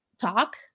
talk